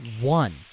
One